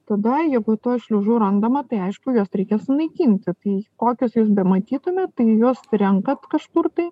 tada jeigu tos šliužų randama tai aišku juos reikia sunaikinti tai kokios bematytumėt tai jos renkat kažkur tai